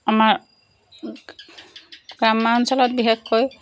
আমাৰ গ্ৰামাঞ্চলত বিশেষকৈ